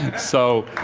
so